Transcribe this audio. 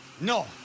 No